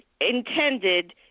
intended